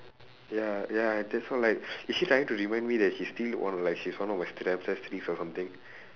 ya ya that's why like is she trying to remind me that she still or like she's one of my or something